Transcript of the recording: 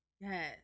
Yes